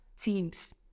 teams